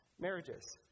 marriages